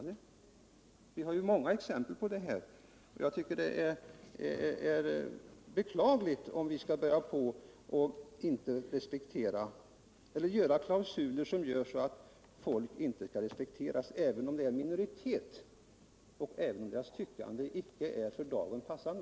Det finns många exempel, och jag tycker det är beklagligt, om vi skall börja göra klausuler som innebär att vi inte respekterar människor som tillhör en minoritet och vilkas åsikter för dagen inte är passande.